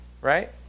Right